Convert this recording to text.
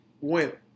went